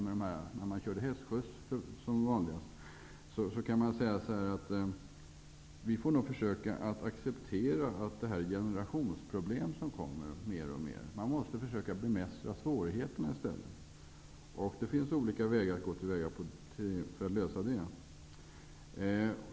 Vi får nog acceptera att inställningen till hastighetsgränserna är ett generationsproblem som växer mer och mer. Vi måste försöka bemästra svårigheterna i stället. Det finns olika vägar att åstadkomma det.